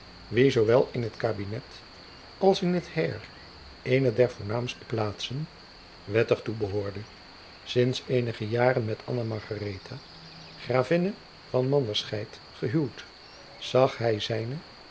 zoowel in het kabinet als in het heir eene der voornaamste plaatsen wettig toebehoorde sints eenige jaren met anna margaretha gravinne van manderscheid gehuwd zag hij zijnen